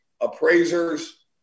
appraisers